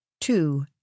Two